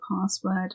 password